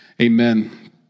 amen